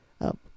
up